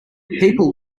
people